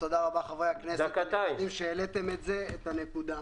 וחברי הכנסת, על שהעליתם את הנושא הזה.